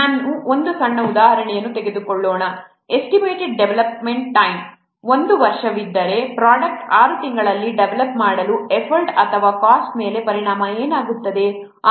ನಾವು ಒಂದು ಸಣ್ಣ ಉದಾಹರಣೆಯನ್ನು ತೆಗೆದುಕೊಳ್ಳೋಣ ಎಸ್ಟಿಮೇಟೆಡ್ ಡೆವಲಪ್ಮೆಂಟ್ ಟೈಮ್ 1 ವರ್ಷವಾಗಿದ್ದರೆ ಪ್ರೊಡಕ್ಟ್ 6 ತಿಂಗಳಲ್ಲಿ ಡೆವಲಪ್ ಮಾಡಲು ಎಫರ್ಟ್ ಅಥವಾ ಕಾಸ್ಟ್ನ ಮೇಲೆ ಪರಿಣಾಮ ಏನಾಗುತ್ತದೆ